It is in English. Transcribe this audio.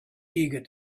eager